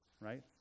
right